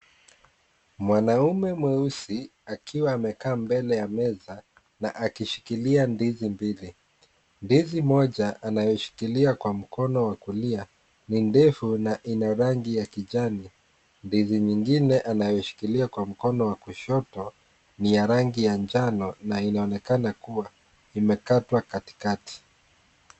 Mwanaume mweusi akiwa amekaa mbele ya meza na akishikilia ndizi mbili, ndizi moja anayoshikilia kwa mkono wa kulia ni ndefu na ina rangi ya kijani, ndizi nyingine anayoshikilia kwa mkono wa kushoto ni ya rangi ya njano na inaonekana kuwa imekatwa katikati.